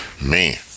man